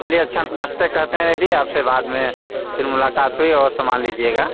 चलिए अच्छा नमस्ते कहते हैं यदि आपसे बाद में फिर मुलाकात हुई और सामान लीजिएगा